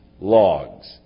logs